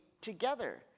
together